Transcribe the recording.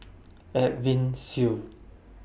Edwin Siew